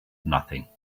nothing